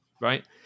right